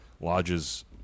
lodges